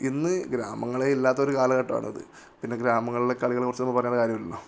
ഇന്ന് ഗ്രാമങ്ങളേ ഇല്ലാത്തൊരു കാലഘട്ടമാണിത് പിന്നെ ഗ്രാമങ്ങളിലെ കളികളെ കുറിച്ച് നമ്മള് പറയേണ്ട കാര്യമില്ലല്ലോ